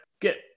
get